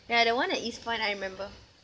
ya the one at east point I remember